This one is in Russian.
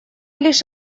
лишь